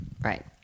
Right